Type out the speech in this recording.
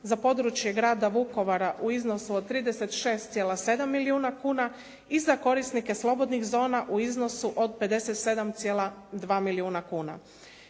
za područje grada Vukovara u iznosu od 36,7 milijuna kuna i za korisnike slobodnih zona u iznosu od 57,2 milijuna kuna.